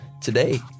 today